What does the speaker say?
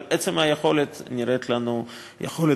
אבל עצם היכולת נראית לנו יכולת